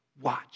Watch